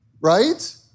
Right